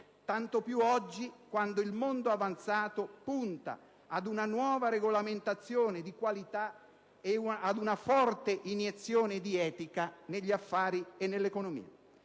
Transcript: tanto più oggi, quando il mondo avanzato punta ad una nuova regolamentazione di qualità e ad una forte iniezione di etica negli affari e nell'economia.